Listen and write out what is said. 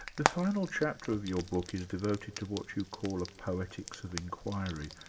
the final chapter of your book is devoted to what you call a poetics of inquiry.